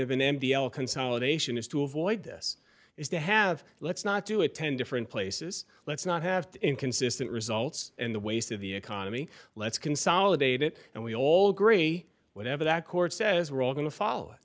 of an m d l consolidation is to avoid this is to have let's not do it ten different places let's not have to inconsistent results in the waste of the economy let's consolidate it and we all agree whatever that court says we're all going to follow it